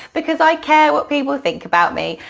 because i care what people think about me,